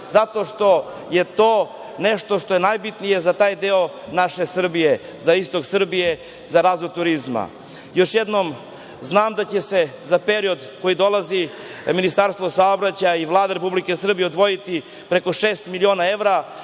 zato što je to nešto što je najbitnije za taj deo naše Srbije, za istok Srbije, za razvoj turizma. Još jednom, znam da će se za period koji dolazi, Ministarstvo saobraćaja i Vlada Republike Srbije, odvojiti preko šest miliona evra